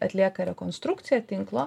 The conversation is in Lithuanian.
atlieka rekonstrukciją tinklo